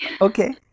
Okay